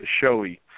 showy